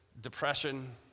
depression